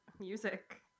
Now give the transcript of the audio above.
music